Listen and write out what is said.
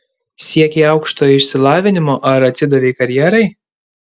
siekei aukštojo išsilavinimo ar atsidavei karjerai